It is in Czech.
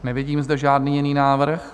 Nevidím zde žádný jiný návrh.